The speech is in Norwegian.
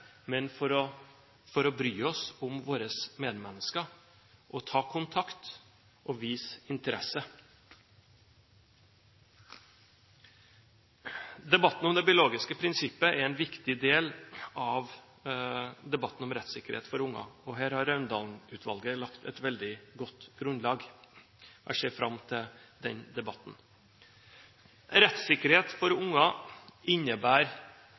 men for å bry oss om våre medmennesker og ta kontakt og vise interesse. Debatten om det biologiske prinsipp er en viktig del av debatten om rettssikkerhet for unger, og her har Raundalen-utvalget lagt et veldig godt grunnlag. Jeg ser fram til den debatten. Diskusjonen om rettssikkerhet for unger innebærer